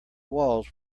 walls